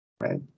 right